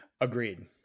Agreed